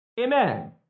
amen